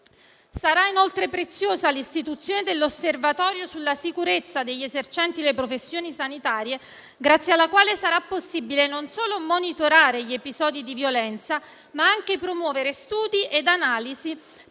Sarà, inoltre, preziosa l'istituzione dell'Osservatorio sulla sicurezza degli esercenti le professioni sanitarie grazie alla quale sarà possibile non solo monitorare gli episodi di violenza, ma anche promuovere studi e analisi per poter porre in essere misure